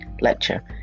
lecture